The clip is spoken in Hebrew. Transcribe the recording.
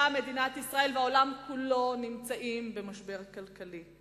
מדינת ישראל והעולם כולו נמצאים במשבר כלכלי,